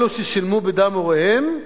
אלו ששילמו בדם הוריהם,